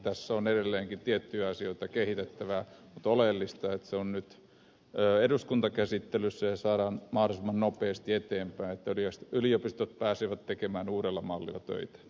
tässä on edelleenkin tiettyjä asioita kehitettävä mutta oleellista on että se on nyt eduskuntakäsittelyssä ja saadaan mahdollisimman nopeasti eteenpäin että yliopistot pääsevät tekemään uudella mallilla töitä